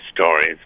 stories